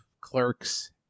clerks